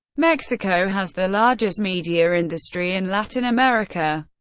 mexico has the largest media industry in latin america,